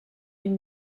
une